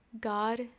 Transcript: God